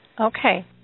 Okay